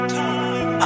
time